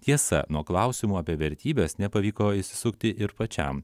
tiesa nuo klausimo apie vertybes nepavyko išsisukti ir pačiam